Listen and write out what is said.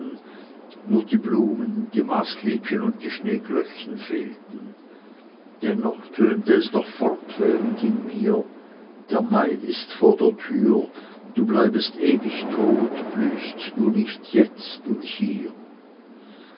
nur die blumen die maßliebchen und die schneeglöckchen fehlten dennoch tönte es noch fortwährend in mir der mai ist vor der tür du bleibest ewig tot blühst du nicht jetzt und hier